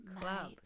club